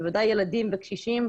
בוודאי ילדים וקשישים,